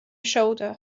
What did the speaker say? shoulder